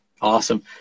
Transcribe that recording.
Awesome